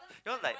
you know like